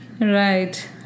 Right